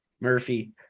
murphy